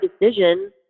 decision